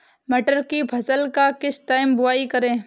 मटर की फसल का किस टाइम बुवाई करें?